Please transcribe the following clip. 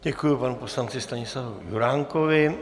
Děkuji panu poslanci Stanislavu Juránkovi.